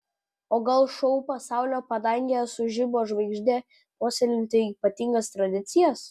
o gal šou pasaulio padangėje sužibo žvaigždė puoselėjanti ypatingas tradicijas